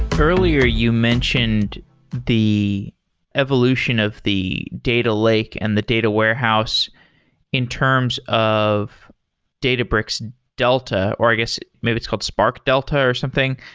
ah eearlier you mentioned the evolution of the data lake and the data warehouse in terms of databricks delta, or i guess maybe it's called spark delta or something.